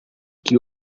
que